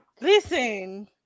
listen